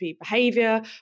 behavior